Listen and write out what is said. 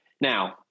Now